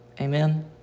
Amen